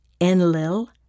Enlil